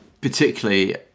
particularly